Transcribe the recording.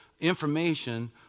information